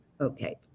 Okay